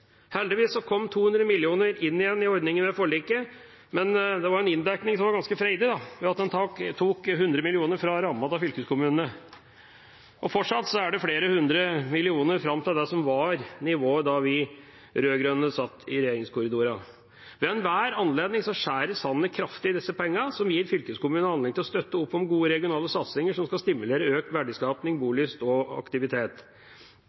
kom 200 mill. kr inn igjen i ordningen med forliket, men det var en inndekning som var ganske freidig, ved at en tok 100 mill. kr fra rammen til fylkeskommunene. Fortsatt er det flere hundre millioner kroner fram til det som var nivået da vi rød-grønne var i regjeringskorridorene. Ved enhver anledning skjærer Sanner kraftig i disse pengene, som gir fylkeskommunene anledning til å støtte opp om gode, regionale satsinger som skal stimulere til økt